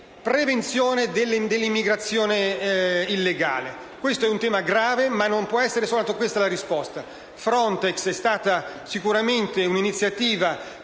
prevenzione dell'immigrazione illegale. Questo è un tema grave, ma non può essere soltanto questa la risposta. Frontex è stata sicuramente un'iniziativa